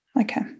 okay